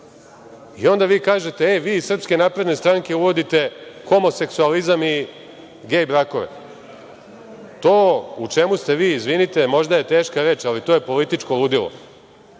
I onda vi kažete – vi iz SNS uvodite homoseksualizam i gej brakove. To u čemu ste vi, izvinite, možda je teška reč, ali to je političko ludilo.